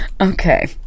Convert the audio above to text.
Okay